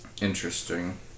Interesting